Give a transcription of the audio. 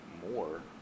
more